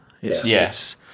yes